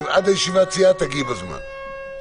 אני מקווה שהוא ייתן את ההחלטה הנכונה בעניין הליגות הנמוכות.